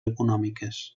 econòmiques